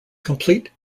complete